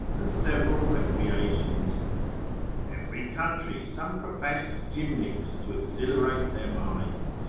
and several recreations every country, some professed gymnics to exhilarate their minds,